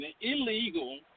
illegal